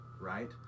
right